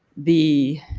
the